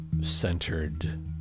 centered